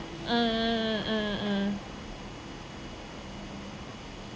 mm mm mm mm mm